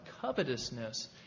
covetousness